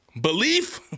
Belief